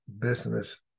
business